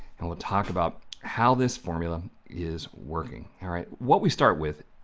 and we'll talk about how this formula is working, alright? what we start with,